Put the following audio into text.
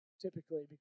typically